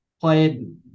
played